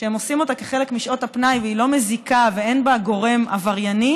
שהם עושים אותה כחלק משעות הפנאי והיא לא מזיקה ואין בה גורם עברייני,